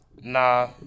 Nah